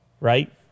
right